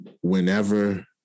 whenever